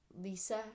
lisa